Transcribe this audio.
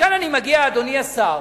וכאן אני מגיע, אדוני השר,